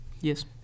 Yes